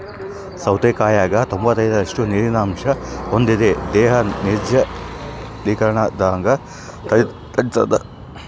ಸೌತೆಕಾಯಾಗ ತೊಂಬತ್ತೈದರಷ್ಟು ನೀರಿನ ಅಂಶ ಹೊಂದಿದೆ ದೇಹ ನಿರ್ಜಲೀಕರಣವಾಗದಂಗ ತಡಿತಾದ